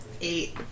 Eight